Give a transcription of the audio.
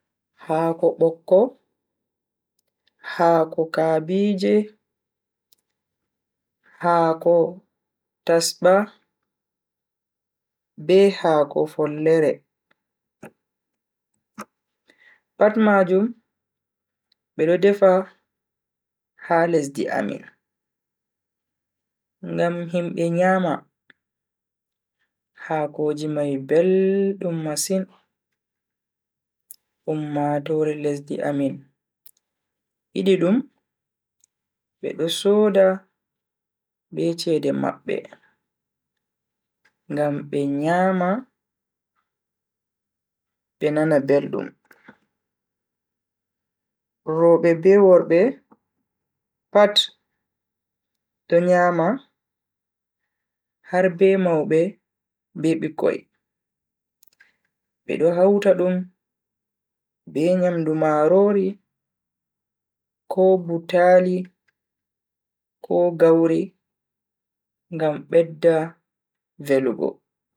Haako bokko, haako kabiije, haako tasba be haako follere. Pat majum bedo defa ha lesdi amin ngam himbe nyama. Haakoji mai beldum masin ummatoore lesdi amin yidi dum bedo sooda be chede mabbe ngam be nyama be nana beldum. Robe be worbe pat do nyama harbe maube be bikkoi. bedo hauta dum be nyamdu marori, ko butaali ko gauri ngam bedda velugo.